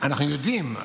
אנחנו יודעים,